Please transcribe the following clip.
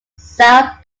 south